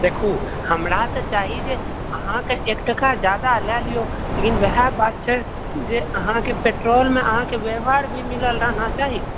देखू हमरा तऽ चाही जे अहाँकेँ एकटका जादा लए लिऔ लेकिन ओएह बात छै जे अहाँकेँ पेट्रोलमे अहाँकेँ व्यवहार भी मिलल रहना चाही